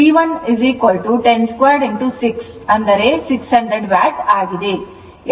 P1102 6 ಅದು 600 watt ಆಗಿದೆ